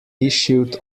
issued